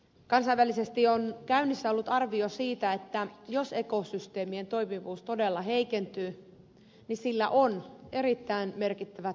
kansainvälisesti on käynnissä ollut arvio siitä että jos ekosysteemien toimivuus todella heikentyy niin sillä on erittäin merkittävät taloudellisetkin vaikutukset